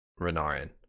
Renarin